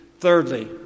Thirdly